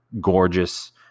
gorgeous